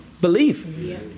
believe